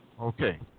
Okay